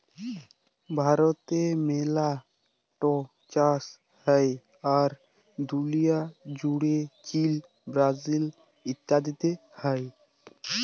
ভারতে মেলা ট চাষ হ্যয়, আর দুলিয়া জুড়ে চীল, ব্রাজিল ইত্যাদিতে হ্য়য়